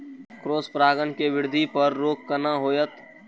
Cross परागण के वृद्धि पर रोक केना होयत?